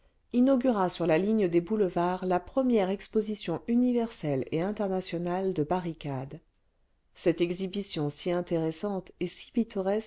sur la ligne des boulevards la première exposition universelle et internationale de barricades cette exhibition si intéressante et si